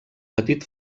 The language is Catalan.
petit